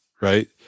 right